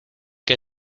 que